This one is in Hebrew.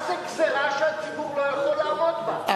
מה זו גזירה שהציבור לא יכול לעמוד בה?